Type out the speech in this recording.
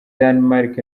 danemark